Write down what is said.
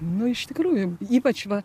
nu iš tikrųjų ypač va